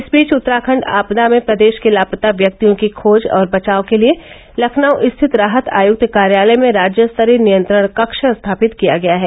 इस बीच उत्तराखंड आपदा में प्रदेश के लापता व्यक्तियों की खोज और बचाव के लिये लखनऊ स्थित राहत आयुक्त कार्यालय में राज्य स्तरीय नियंत्रण कक्ष स्थापित किया गया है